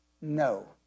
No